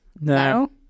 No